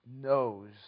Knows